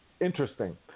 interesting